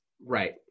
Right